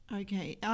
Okay